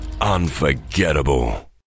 unforgettable